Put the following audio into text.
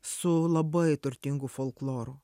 su labai turtingu folkloru